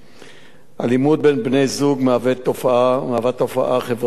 אלימות בין בני-זוג מהווה תופעה חברתית קשה,